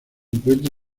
encuentra